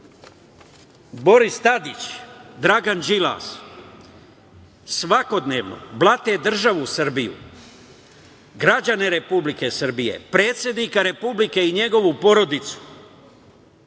Boris Tadić, Dragan Đilas, svakodnevno blate državu Srbiju, građane Republike Srbije, predsednika Republike i njegovu porodicu,